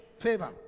favor